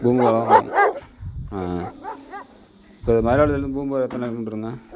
பூம்புகார்தா போகணும் இப்போ மயிலாடுதுறையிலருந்து பூம்புகார் எத்தனை கிலோமீட்டருங்க